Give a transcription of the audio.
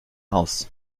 aus